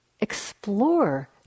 explore